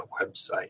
website